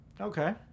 Okay